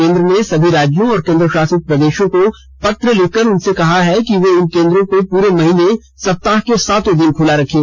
केंद्र ने समी राज्यों और केंद्र शासित प्रदेशों को पत्र लिखकर उनसे कहा है कि वे इन केंद्रों को पूरे महीने सप्ताह के सातों दिन खुला रखें